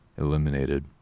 eliminated